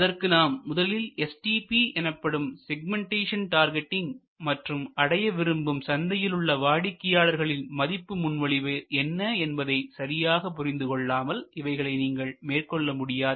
அதற்கு நாம் முதலில் STP எனப்படும் செக்மெண்டேஷன் டார்கெட்டிங் மற்றும் அடைய விரும்பும் சந்தையிலுள்ள வாடிக்கையாளர்களில் மதிப்பு முன்மொழிவை என்ன என்பதை என்பதை சரியாக புரிந்து கொள்ளாமல் இவைகளை நீங்கள் மேற்கொள்ள முடியாது